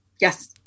Yes